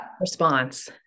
response